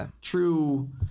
true